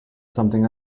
something